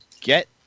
get